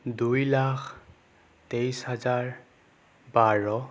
দুই লাখ তেইছ হাজাৰ বাৰ